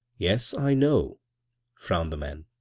yes, i know frowned the man.